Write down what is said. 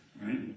right